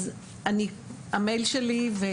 אז אני המייל שלי.